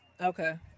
Okay